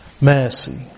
Mercy